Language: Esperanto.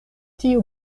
tiu